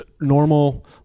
normal